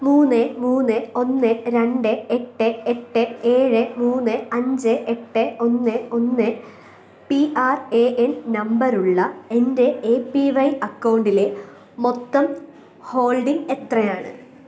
മൂന്ന് മൂന്ന് ഒന്ന് രണ്ട് എട്ട് എട്ട് ഏഴ് മൂന്ന് അഞ്ച് എട്ട് ഒന്ന് ഒന്ന് പി ആർ എ എൻ നമ്പറുള്ള എൻ്റെ എ പി വൈ അക്കൗണ്ടിലെ മൊത്തം ഹോൾഡിംഗ് എത്രയാണ്